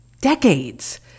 decades